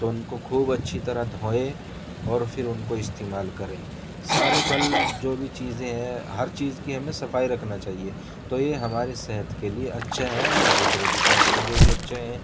تو ان کو خوب اچھی طرح دھوئے اور پھر ان کو استعمال کریں سارے پھل جو بھی چیزیں ہیں ہر چیز کی ہمیں صفائی رکھنا چاہیے تو یہ ہماری صحت کے لیے اچھا اور دوسروں کی بھی صحت کے لیے اچھا ہے